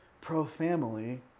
Pro-family